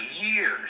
years